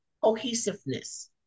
cohesiveness